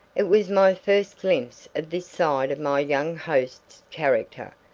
it was my first glimpse of this side of my young host's character.